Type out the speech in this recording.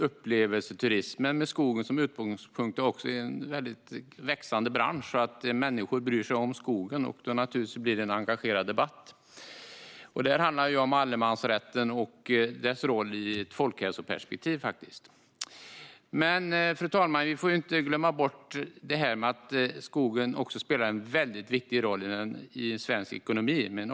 Upplevelseturismen med skogen som utgångspunkt är också en växande bransch. Människor bryr sig om skogen, och då blir det naturligtvis en engagerande debatt. Det handlar om allemansrätten och dess roll i ett folkhälsoperspektiv. Fru talman! Vi får inte glömma bort att skogen också spelar en väldigt viktig roll i svensk ekonomi.